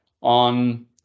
on